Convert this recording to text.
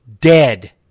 dead